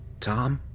tom?